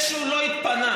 לא התביישת בה.